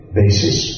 basis